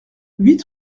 huit